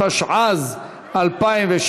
התשע"ז 2016,